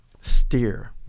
steer